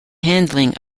handling